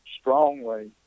strongly